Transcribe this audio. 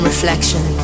Reflection